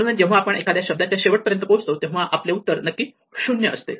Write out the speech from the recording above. म्हणूनच जेव्हा आपण एखाद्या शब्दाच्या शेवट पर्यंत पोहोचतो तेव्हा आपले उत्तर नक्की 0 असते